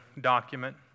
document